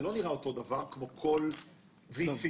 זה לא נראה כמו VC אחר.